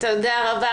תודה רבה,